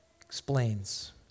explains